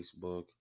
Facebook